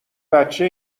بچه